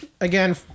again